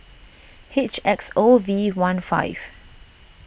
H X O V one five